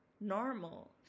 normal